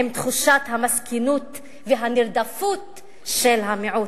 עם תחושת המסכנות והנרדפות של המיעוט.